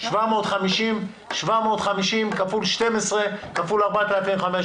750 כפול 12 כפול 4,500